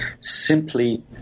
simply